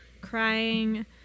crying